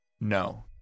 No